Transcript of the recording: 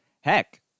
heck